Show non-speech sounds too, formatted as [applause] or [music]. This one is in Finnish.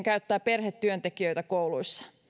[unintelligible] käyttävät perhetyöntekijöitä kouluissa